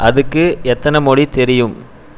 அதுக்கு எத்தனை மொழி தெரியும்